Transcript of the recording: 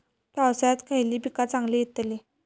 पावसात खयली पीका चांगली येतली?